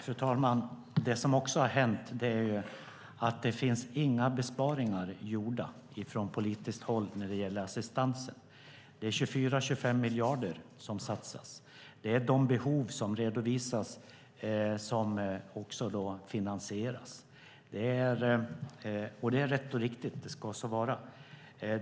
Fru talman! Det som också har hänt är att inga besparingar är gjorda från politiskt håll när det gäller assistansen. Det är 24-25 miljarder som satsas. De behov som redovisas finansieras också. Det är rätt och riktigt. Det ska så vara.